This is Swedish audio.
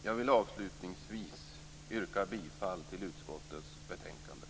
Jag vill avslutningsvis yrka bifall till hemställan i utskottets betänkande.